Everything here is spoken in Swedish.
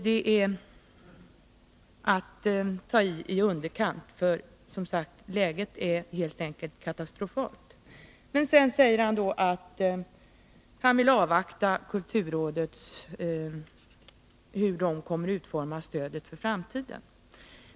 Det är att ta i i underkant, för läget är som sagt helt enkelt katastrofalt. Kulturministern säger vidare att han vill avvakta kulturrådets översyn innan han uttalar sig om hur stödet kommer att utformas i framtiden.